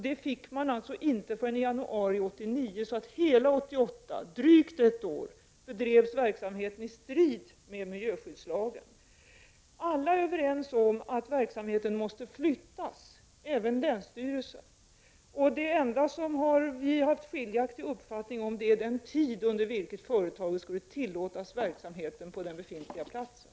Det fick man alltså inte förrän i januari 1989. Så hela 1988, drygt ett år, bedrevs verksamheten i strid med miljöskyddslagen. Alla är överens om att verksamheten måste flyttas, även länsstyrelsen har den uppfattningen. Den enda punkt där vi har skiljaktig uppfattning gäller den tid under vilken företaget skulle tillåtas driva verksamhet på den befintliga platsen.